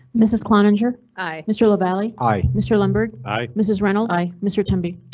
mrs cloninger. aye. mr lavalley. aye. mr lundberg. aye. mrs reynolds. aye. mr temby.